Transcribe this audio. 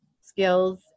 skills